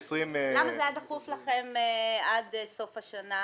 למה זה היה דחוף לכם עד סוף השנה האזרחית?